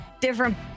different